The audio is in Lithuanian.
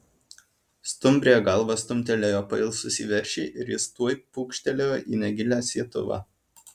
stumbrė galva stumtelėjo pailsusį veršį ir jis tuoj pūkštelėjo į negilią sietuvą